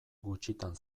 gutxitan